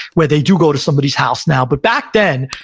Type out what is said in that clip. where they do go to somebody's house now. but back then,